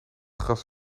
gras